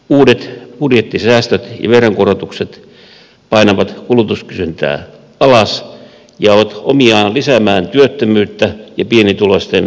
uudet budjettisäästöt ja veronkorotukset painavat kulutuskysyntää alas ja ovat omiaan lisäämään työttömyyttä ja pienituloisten ahdinkoa